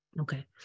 Okay